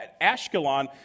Ashkelon